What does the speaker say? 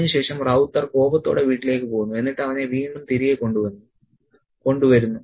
അതിനുശേഷം റൌത്തർ കോപത്തോടെ വീട്ടിലേക്ക് പോകുന്നു എന്നിട്ട് അവനെ വീണ്ടും തിരികെ കൊണ്ടുവരുന്നു